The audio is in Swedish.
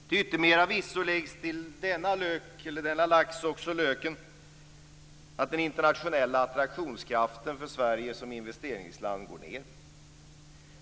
Till yttermera visso läggs till denna lax också löken att den internationella attraktionskraften för Sverige som investeringsland går ned.